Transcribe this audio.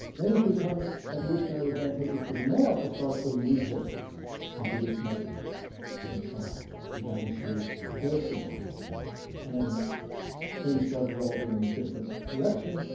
then it becomes evolutionary advantageous for the male to start putting resources into this mother and child because that insures their survival and things start developing in a different direction.